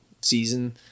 season